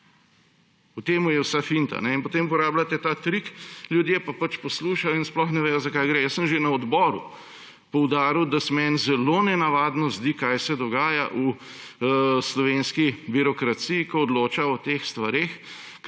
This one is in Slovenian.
V tem je vsa finta. In potem uporabljate ta trik, ljudje pa pač poslušajo in sploh ne vejo, za kaj gre. Že na odboru sem poudaril, da se meni zelo nenavadno zdi, kaj se dogaja v slovenski birokraciji, ko odloča o teh stvareh,